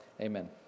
Amen